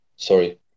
Sorry